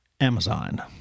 Amazon